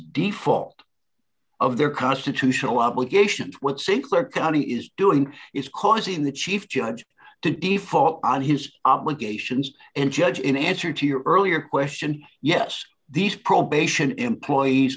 default of their constitutional obligations what sinclair county is doing is causing the chief judge to default on his obligations and judge in answer to your earlier question yes these probation employees